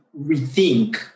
rethink